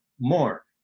more